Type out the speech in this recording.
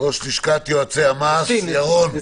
נשיא לשכת יועצי המס, בבקשה.